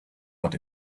but